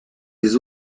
des